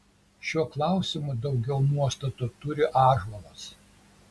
šiuo klausimu daugiau nuostatų turi ąžuolas